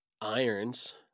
irons